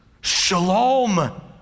Shalom